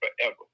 forever